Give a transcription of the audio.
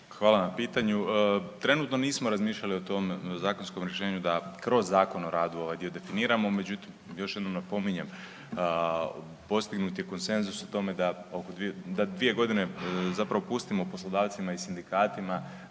Hvala na pitanju. Trenutno nismo razmišljali o tom zakonskom rješenju da kroz Zakon o radu ovaj dio definiramo međutim još jednom napominjem postignut je konsenzus o tome da dvije godine zapravo pustimo poslodavcima i sindikatima